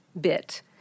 bit